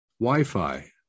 Wi-Fi